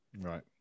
Right